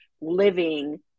living